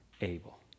able